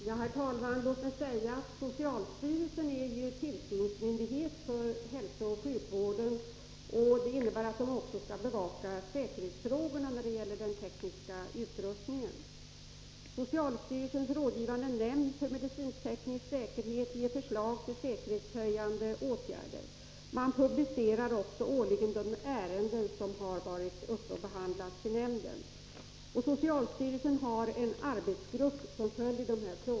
Herr talman! Socialstyrelsen är tillsynsmyndighet för hälsooch sjukvården. Det innebär att den också skall bevaka säkerhetsfrågorna när det gäller den tekniska utrustningen. Socialstyrelsens rådgivande nämnd för medicinsk-teknisk säkerhet ger förslag till säkerhetshöjande åtgärder. Man publicerar också årligen redogörelser för de ärenden som behandlats i nämnden. Socialstyrelsen har en arbetsgrupp som följer de här frågorna.